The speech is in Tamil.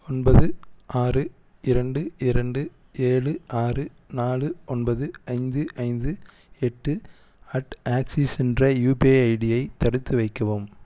ஒன்பது ஆறு இரண்டு இரண்டு ஏழு ஆறு நாலு ஒன்பது ஐந்து ஐந்து எட்டு அட் ஆக்சிஸ் என்ற யுபிஐ ஐடியை தடுத்து வைக்கவும்